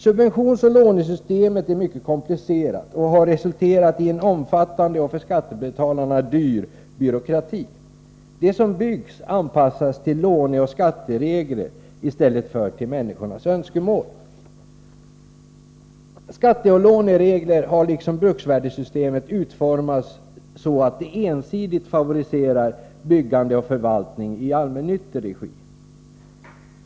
Subventionsoch lånesystemet är mycket komplicerat och har resulterat i en omfattande och för skattebetalarna dyrbar byråkrati. Det som byggs anpassas till låneoch skatteregler i stället för till människors önskemål. Skatteoch låneregler har liksom bruksvärdessystemet utformats så att de ensidigt favoriserar byggande och förvaltning i allmännyttig regi.